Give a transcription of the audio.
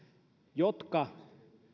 jotka